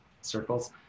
circles